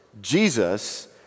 Jesus